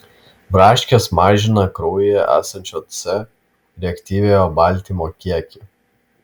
braškės mažina kraujyje esančio c reaktyviojo baltymo kiekį